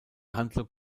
handlung